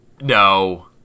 No